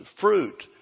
fruit